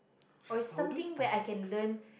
or is something where I can learn